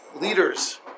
leaders